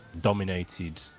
dominated